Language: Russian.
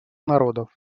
народов